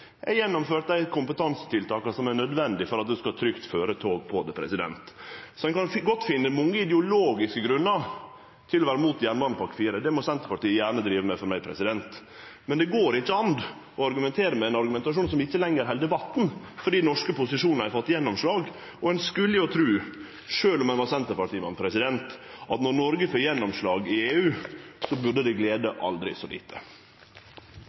gjennomført dei kompetansetiltaka som er nødvendige for at ein trygt skal føre eit tog der. Så ein kan godt finne mange ideologiske grunnar til å vere mot jernbanepakke IV – det må Senterpartiet gjerne drive med for meg. Men det går ikkje an å bruke ein argumentasjon som ikkje lenger held vatn, for norske posisjonar har fått gjennomslag. Og ein skulle jo tru – sjølv om ein var Senterparti-mann – at når Noreg får gjennomslag i EU, så burde det glede aldri så lite.